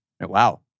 Wow